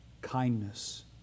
kindness